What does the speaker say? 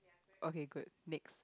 okay good next